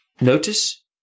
notice